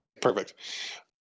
Perfect